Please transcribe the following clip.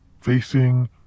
facing